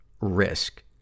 risk